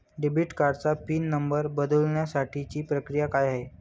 Debit कार्डचा pin number बदलण्यासाठीची प्रक्रिया काय आहे?